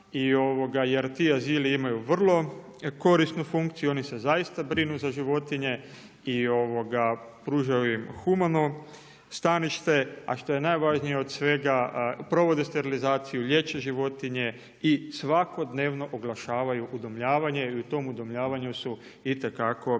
jer ti azili imaju vrlo korisnu funkciju, oni se zaista brinu za životinje i pružaju im humano stanište. A što je najvažnije od svega provode sterilizaciju, liječe životinje i svakodnevno oglašavaju udomljavanje i u tom udomljavanju su itekako i vrlo